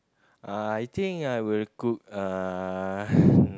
uh I think I will cook uh